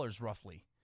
roughly